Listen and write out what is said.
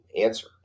answer